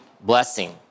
blessing